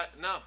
no